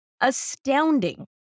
astounding